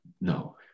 no